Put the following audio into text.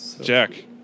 Jack